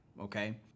okay